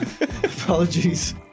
Apologies